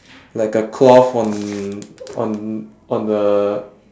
like a cloth on on on the